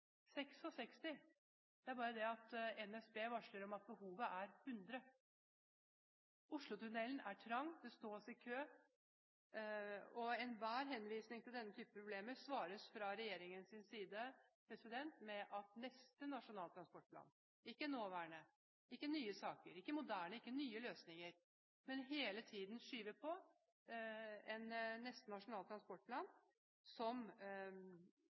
66. Det er bare det at NSB varsler at behovet er 100. Oslotunnelen er trang. Man står i kø. Enhver henvisning til denne typen problemer blir fra regjeringens side besvart med: neste Nasjonal transportplan, ikke nåværende, ikke moderne, nye saker, ikke nye løsninger. Hele tiden skyver man på det til neste Nasjonal transportplan, som